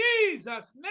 Jesus